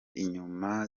inyuma